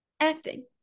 Acting